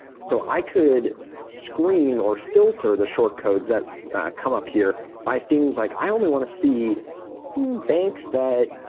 so i could screen or filter the short codes that come up here by things like i only wanna see banks that,